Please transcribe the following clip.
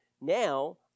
Now